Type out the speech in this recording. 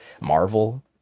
Marvel